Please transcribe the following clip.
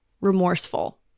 remorseful